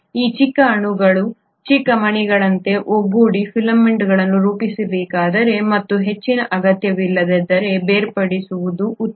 ಈ ಚಿಕ್ಕ ಅಣುಗಳು ಚಿಕ್ಕ ಮಣಿಗಳಂತೆ ಒಗ್ಗೂಡಿ ಫಿಲಮೆಂಟ್ಗಳನ್ನು ರೂಪಿಸಬೇಕಾದರೆ ಮತ್ತು ಹೆಚ್ಚಿನ ಅಗತ್ಯವಿಲ್ಲದಿದ್ದರೆ ಬೇರ್ಪಡಿಸುವುದು ಉತ್ತಮ